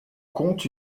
compte